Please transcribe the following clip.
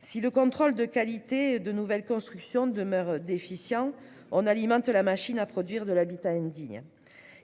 Si le contrôle de la qualité des nouvelles constructions demeure déficient, on alimente la machine à produire de l'habitat indigne.